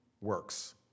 works